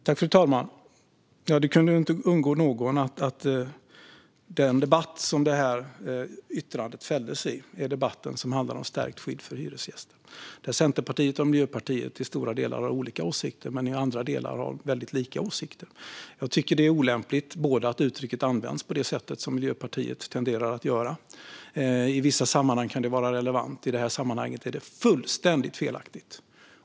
Fru talman! Det kunde ju inte undgå någon att den debatt som detta yttrande fälldes i är debatten som handlar om stärkt skydd för hyresgäster. Här har Centerpartiet och Miljöpartiet till stora delar olika åsikter, men i andra delar har de två partierna väldigt lika åsikter. Jag tycker att det är olämpligt att uttrycket används på det sätt som Miljöpartiet tenderar att använda det. I vissa sammanhang kan det vara relevant, men i detta sammanhang är det fullständigt felaktigt.